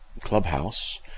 Clubhouse